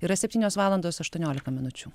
yra septynios valandos aštuoniolika minučių